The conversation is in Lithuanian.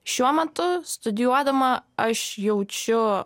šiuo metu studijuodama aš jaučiu